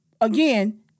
again